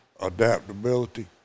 adaptability